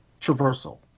traversal